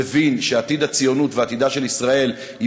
מבין שעתיד הציונות ועתידה של ישראל היא